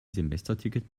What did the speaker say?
semesterticket